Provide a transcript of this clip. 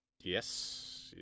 Yes